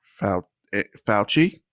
Fauci